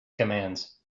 commands